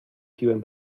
piłem